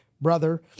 brother